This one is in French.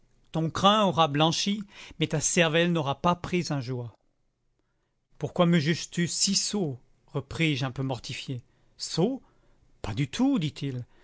ton crin aura blanchi mais ta cervelle n'aura pas pris un jour pourquoi me juges tu si sot repris-je un peu mortifié sot pas du tout dit-il